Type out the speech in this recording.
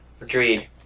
Agreed